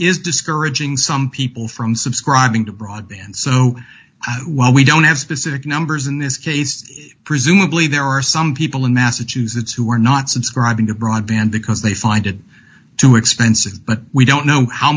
is discouraging some people from subscribing to broadband so while we don't have specific numbers in this case presumably there are some people in massachusetts who are not subscribing to broadband because they find it too expensive but we don't know how